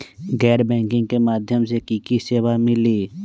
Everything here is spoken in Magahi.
गैर बैंकिंग के माध्यम से की की सेवा मिली?